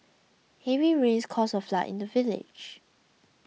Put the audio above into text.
heavy rains caused a flood in the village